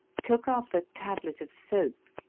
took up a tablet of soap,